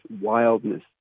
wildness